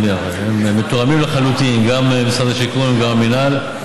מתואמים לחלוטין, גם משרד השיכון וגם המינהל.